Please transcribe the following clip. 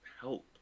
help